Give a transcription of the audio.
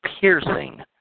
piercing